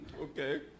Okay